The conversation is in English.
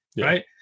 right